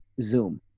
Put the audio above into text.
zoom